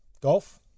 golf